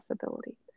possibility